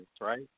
right